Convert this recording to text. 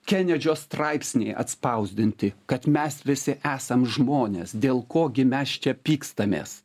kenedžio straipsnį atspausdinti kad mes visi esam žmonės dėl ko gi mes čia pykstamės